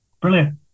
Brilliant